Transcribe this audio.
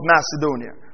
Macedonia